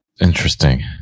Interesting